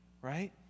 right